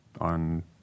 on